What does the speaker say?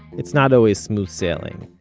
it's not always smooth-sailing.